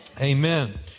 Amen